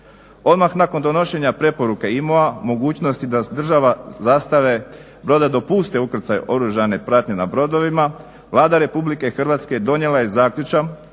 Odmah nakon donošenja preporuke IMO-a mogućnosti da država zastave broda dopuste ukrcaj oružane pratnje na brodovima Vlada Republike Hrvatske donijela je zaključak